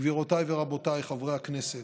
גבירותיי ורבותיי חברי הכנסת,